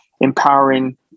empowering